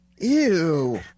Ew